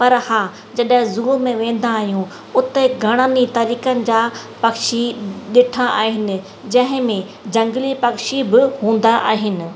पर हा जॾहिं ज़ू में वेंदा आहियूं उते घणनि ई तरीक़नि जा पक्षी ॾिठा आहिनि जंहिं में झंगली पक्षी बि हूंदा आहिनि